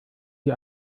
die